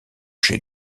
chez